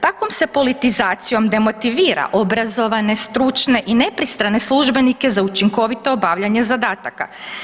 Takvom se politizacijom demotivira obrazovane, stručne i nepristrane službenike za učinkovito obavljanje zadataka.